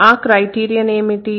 ఆ క్రైటీరియన్ ఏమిటి